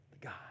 God